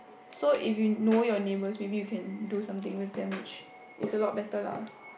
so if you know your neighbours maybe you can do something with them which is a lot better lah